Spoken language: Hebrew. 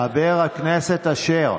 חבר הכנסת אשר.